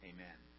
Amen